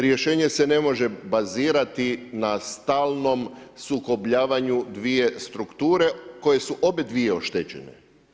Rješenje se ne može bazirati na stalnom sukobljavanju dvije strukture koje su obadvije oštećene.